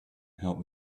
help